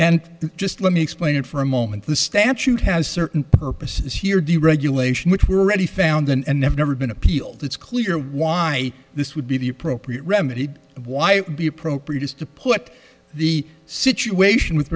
and just let me explain for a moment the statute has certain purposes here deregulation which were already found and never been appealed it's clear why this would be the appropriate remedy and why it would be appropriate is to put the situation with